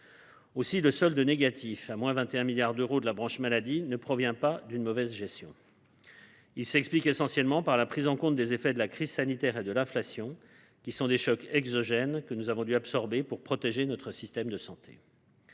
Aussi le solde négatif, à 21 milliards d’euros de la branche maladie, ne provient il pas d’une mauvaise gestion. Il s’explique essentiellement par la prise en compte des effets de la crise sanitaire et de l’inflation, qui sont des chocs exogènes que nous avons dû absorber pour protéger notre système de santé.